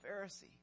Pharisee